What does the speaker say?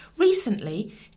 Recently